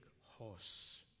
horse